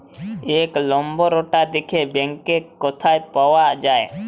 এই লম্বরটা দ্যাখলে ব্যাংক ক্যথায় পাউয়া যায়